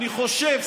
אני חושב,